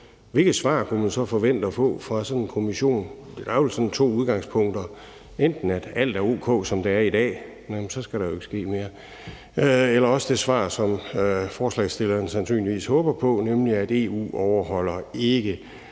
Hvilket svar kunne man så forvente at få fra sådan en kommission? Der er vel sådan to udgangspunkter: enten at alt er o.k., som det er i dag, og så skal der jo ikke ske mere, eller også det svar, som forslagsstillerne sandsynligvis håber på, nemlig at EU ikke overholder